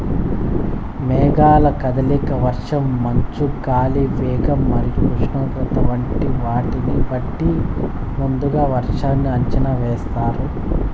మేఘాల కదలిక, వర్షం, మంచు, గాలి వేగం మరియు ఉష్ణోగ్రత వంటి వాటిని బట్టి ముందుగా వర్షాన్ని అంచనా వేస్తున్నారు